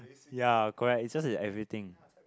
ya correct is just everything